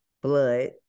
blood